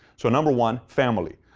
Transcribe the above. so number one, family.